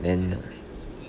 and